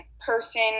person